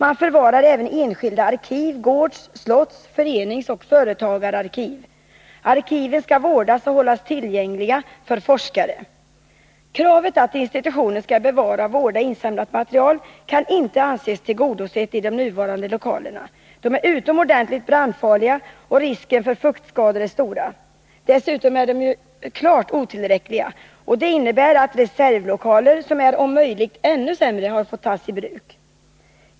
Man förvarar även enskilda arkiv, gårds-, slotts-, föreningsoch företagsarkiv. Arkiven skall vårdas och hållas tillgängliga för forskare. Kravet att institutionen skall bevara och vårda insamlat material kan inte anses vara tillgodosett i de nuvarande lokalerna. De är utomordentligt brandfarliga, och risken för fuktskador är stor. Dessutom är utrymmena klart otillräckliga, och det har inneburit att reservlokaler, som är om möjligt ännu sämre, har fått tas i bruk.